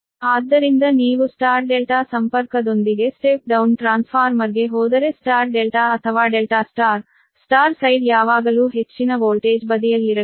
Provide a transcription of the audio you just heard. ಆದ್ದರಿಂದ ನೀವು star delta ಸಂಪರ್ಕದೊಂದಿಗೆ ಸ್ಟೆಪ್ ಡೌನ್ ಟ್ರಾನ್ಸ್ಫಾರ್ಮರ್ಗೆ ಹೋದರೆ ಸ್ಟಾರ್ ಡೆಲ್ಟಾ ಅಥವಾ ಡೆಲ್ಟಾ ಸ್ಟಾರ್ ಸ್ಟಾರ್ ಸೈಡ್ ಯಾವಾಗಲೂ ಹೆಚ್ಚಿನ ವೋಲ್ಟೇಜ್ ಬದಿಯಲ್ಲಿರಬೇಕು